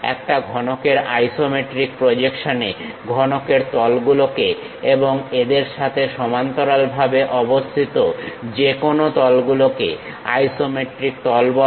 একটা ঘনকের আইসোমেট্রিক প্রজেকশনে ঘনকের তলগুলোকে এবং এদের সাথে সমান্তরালভাবে অবস্থিত যেকোনো তলগুলোকে আইসোমেট্রিক তল বলে